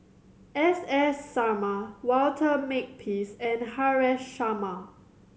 S S Sarma Walter Makepeace and Haresh Sharma